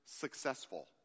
successful